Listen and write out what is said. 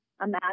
imagine